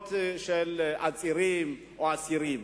זכויות של עצירים או אסירים.